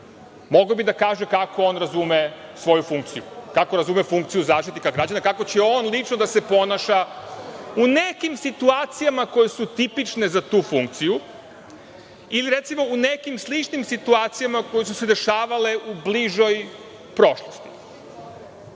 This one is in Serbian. mogao bi da kaže kako on razume svoju funkciju, kako razume funkciju zaštitnika građana, kako će on lično da se ponaša u nekim situacijama koje su tipične za tu funkciju, ili u nekim sličnim situacijama koje su se dešavale u bližoj prošlosti. Setite